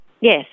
Yes